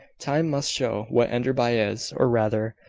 time must show what enderby is or rather,